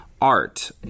art